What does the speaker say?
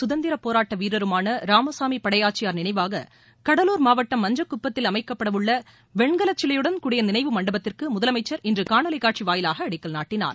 சுதந்திரப்போராட்ட வீரருமான ராமசாமி படையாச்சியார் நினைவாக கடலூர் மாவட்டம் மஞ்சக்குப்பத்தில் அமைக்கப்படவுள்ள வெண்கலச்சிலையுடன் கூடிய நினைவு மண்டபத்திற்கு முதலமைச்சர் இன்று காணொலி காட்சி வாயிலாக அடிக்கல் நாட்டினார்